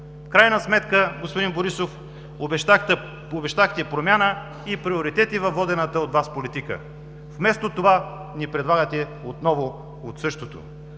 крайна сметка, господин Борисов, обещахте промяна и приоритети във водената от Вас политика. Вместо това ни предлагате отново от същото.